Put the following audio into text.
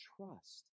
trust